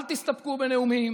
אל תסתפקו בנאומים,